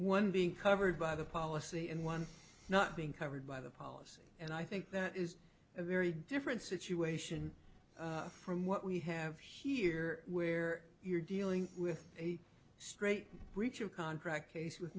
one being covered by the policy in one not being covered by the policy and i think that is a very different situation from what we have here where you're dealing with a straight breach of contract case with